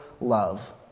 love